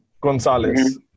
Gonzalez